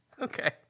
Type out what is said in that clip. Okay